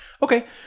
Okay